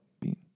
bean